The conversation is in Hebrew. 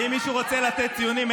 ואם מישהו רוצה לתת ציונים,